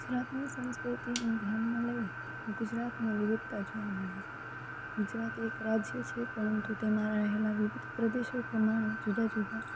ગુજરાતની સંસ્કૃતિને ધ્યાનમાં લઈએ ગુજરાતમાં વિવિધતા જોવા મળે છે ગુજરાત એક રાજ્ય છે પરંતુ તેમાં રહેલા વિવિધ પ્રદેશો પ્રમાણે જુદા જુદા